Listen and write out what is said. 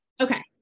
Okay